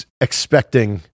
expecting